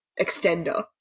extender